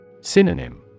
Synonym